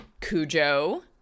Cujo